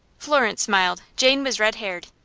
florence smiled. jane was red haired,